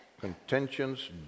contentions